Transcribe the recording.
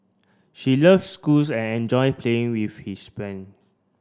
she loves schools and enjoy playing with his friend